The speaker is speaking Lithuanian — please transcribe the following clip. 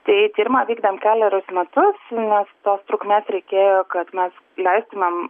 tai tyrimą vykdant kelerius metus nes tos trumės reikėjo kad mes leistumėm